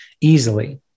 easily